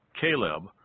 Caleb